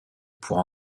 pour